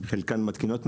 חלקן מתקינות מעליות,